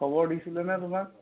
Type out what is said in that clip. খবৰ দিছিলেনে তোমাক